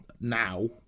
now